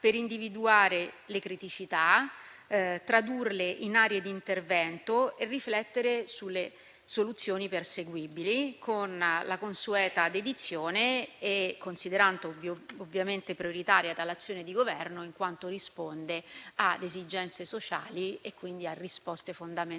per individuare le criticità, tradurle in aree di intervento e riflettere sulle soluzioni perseguibili con la consueta dedizione, considerando ovviamente prioritaria tale azione di governo in quanto risponde ad esigenze sociali e quindi a risposte fondamentali